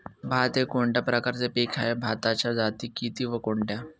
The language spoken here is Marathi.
भात हे कोणत्या प्रकारचे पीक आहे? भाताच्या जाती किती व कोणत्या?